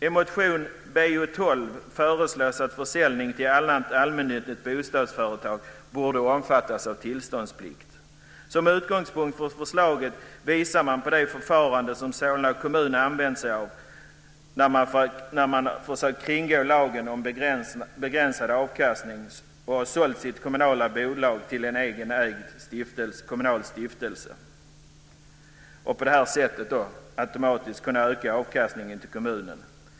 I motion Bo12 föreslås att försäljning till annat allmännyttigt bostadsföretag borde omfattas av tillståndsplikt. Utgångspunkten för förslaget är det förfarande som Solna kommun har använt sig av när man, för att kringgå lagen om begränsad avkastning, sålt sitt kommunala bolag till en egen ägd kommunal stiftelse. På det viset har man automatiskt kunnat öka avkastningen till kommunen.